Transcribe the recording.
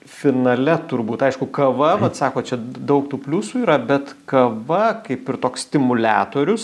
finale turbūt aišku kava vat sako čia d daug tų pliusų yra bet kava kaip ir toks stimuliatorius